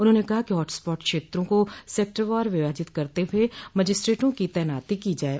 उन्होंने कहा कि हॉट स्पाट क्षेत्रों को सेक्टरवार विभाजित करते हुए मजिस्ट्रेटों की तैनाती की जाये